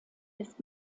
ist